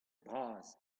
bras